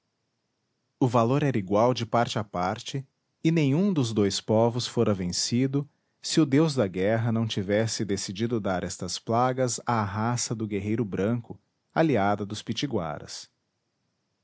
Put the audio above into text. o valor era igual de parte a parte e nenhum dos dois povos fora vencido se o deus da guerra não tivesse decidido dar estas plagas à raça do guerreiro branco aliada dos